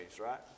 right